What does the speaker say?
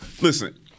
listen –